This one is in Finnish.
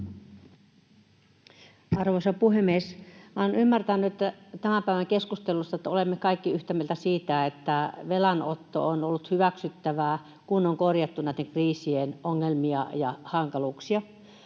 Arvoisa puhemies! Minä olen ymmärtänyt tämän päivän keskustelusta, että olemme kaikki yhtä mieltä siitä, että velanotto on ollut hyväksyttävää, kun on korjattu näitten kriisien ongelmia ja hankaluuksia.